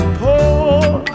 poor